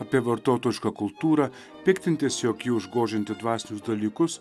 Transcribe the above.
apie vartotojišką kultūrą piktintis jog ji užgožianti dvasinius dalykus